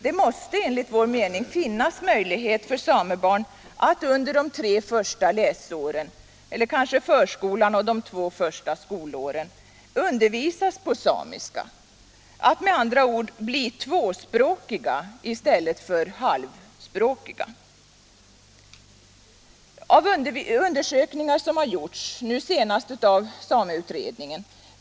Det måste enligt vår mening finnas möjlighet för samebarn att under de tre första läsåren — eller kanske i förskolan och under de två första skolåren —- undervisas på samiska, att med andra ord bli tvåspråkiga i stället för halvspråkiga. | Av undersökningar som gjorts, nu senast av sameutredningen.